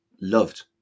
loved